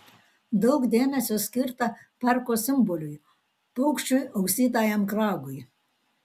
daug dėmesio skirta parko simboliui paukščiui ausytajam kragui